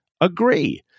agree